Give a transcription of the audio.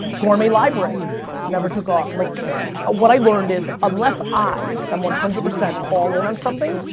gourmet library never took off. like what i learned is, unless i am one hundred percent all in on something,